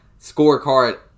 Scorecard